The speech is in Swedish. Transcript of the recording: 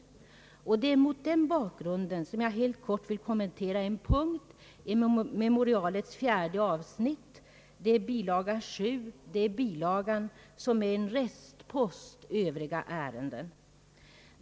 Det är mot den bakgrunden som jag helt kort vill kommentera en punkt i memorialets fjärde avsnitt, bilaga 7, som är en restpost övriga ärenden.